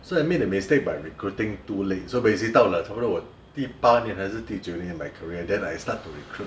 so I made a mistake by recruiting too late so basic 到了差不多我第八年还是第九年 in my career then I start to recruit